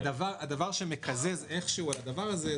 הדבר שמקזז איכשהו את הדבר הזה,